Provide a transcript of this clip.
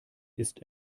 ist